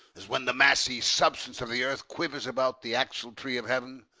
as when the massy substance of the earth quiver s about the axle-tree of heaven?